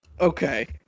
Okay